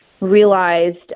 realized